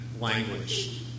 language